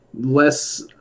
less